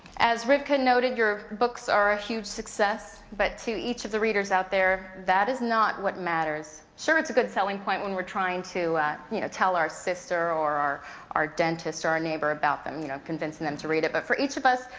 as rivkah noted, your books are a huge success, but to each of the readers out there, that is not what matters. sure, it's a good selling point when we're trying to you know tell our sister, or our our dentist, or our neighbor about them, you know convincing them to read it. but for each of us,